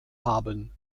haben